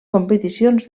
competicions